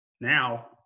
now